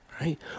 Right